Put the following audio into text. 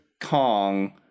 Kong